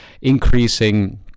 increasing